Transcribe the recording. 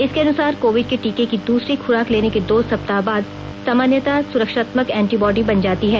इसके अनुसार कोविड के टीके की दूसरी खुराक लेने के दो सप्ताह बाद सामान्यतया सुरक्षात्मक एंटी बॉडी बन जाती हैं